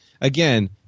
again